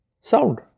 Sound